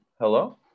hello